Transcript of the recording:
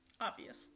Obvious